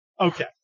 Okay